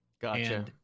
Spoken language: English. Gotcha